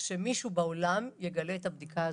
שמישהו בעולם יגלה את הבדיקה הזאת.